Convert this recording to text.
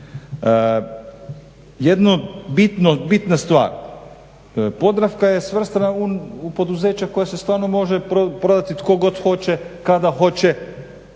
Jedna bitna stvar, Podravka je svrstana u poduzeća koja se stvarno može prodati tko god hoće, kada hoće,